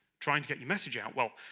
trying to get your message out well,